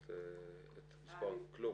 כלום.